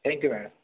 thank you madam